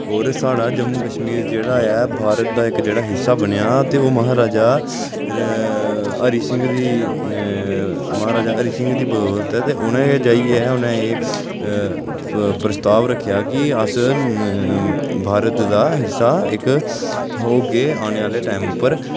होर साढ़ा जम्मू कशमीर जेह्ड़ा ऐ भारत दा जेह्ड़ा इक हिस्सा बनेआ ते ओह् महाराजा हरि सिंह दी महाराजा हरि सिंह दी बदौलत ऐ ते उ'नें गै जाइयै उ'नें एह् प्रस्ताव रक्खेआ कि अस भारत दा हिस्सा इक होगे औने आह्ले टैम उप्पर